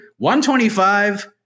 125